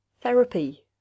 Therapy